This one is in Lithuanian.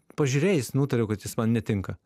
pažiūrėjęs nutariau kad jis man netinka